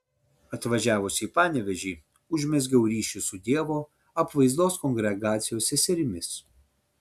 atvažiavusi į panevėžį užmezgiau ryšį su dievo apvaizdos kongregacijos seserimis